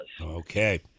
Okay